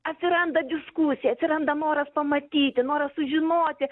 atsiranda diskusija atsiranda noras pamatyti noras sužinoti